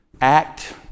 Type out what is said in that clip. act